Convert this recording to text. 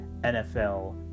NFL